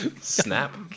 Snap